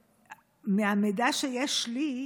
מהמידע שיש לי,